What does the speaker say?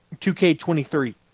2K23